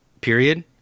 Period